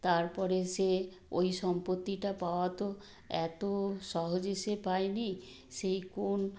তারপরে সে ওই সম্পত্তিটা পাওয়া তো এত সহজে সে পায়নি সেই কোন